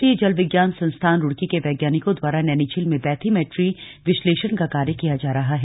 राष्ट्रीय जलविज्ञान संस्थान रूड़की के वैज्ञानिकों द्वारा नैनीझील में बैथीमैट्री विशलेषण का कार्य किया जा रहा है